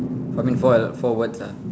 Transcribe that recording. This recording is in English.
I mean four four words ah